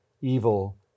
evil